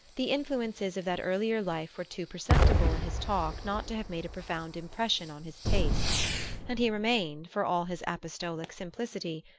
the influences of that earlier life were too perceptible in his talk not to have made a profound impression on his tastes and he remained, for all his apostolic simplicity,